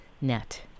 net